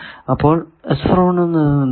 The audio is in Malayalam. അപ്പോൾ എന്നത് എന്താണ്